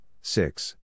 six